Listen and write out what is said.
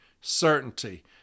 certainty